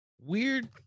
Weird